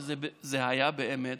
שזאת הייתה באמת